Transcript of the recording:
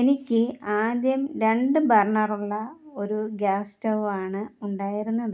എനിക്ക് ആദ്യം രണ്ട് ബർണ്ണറുള്ള ഒരു ഗ്യാസ് സ്റ്റവാണ് ഉണ്ടായിരുന്നത്